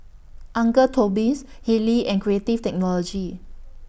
Uncle Toby's Haylee and Creative Technology